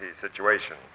situation